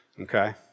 okay